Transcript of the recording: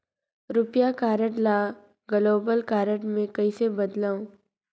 रुपिया कारड ल global card मे कइसे बदलव?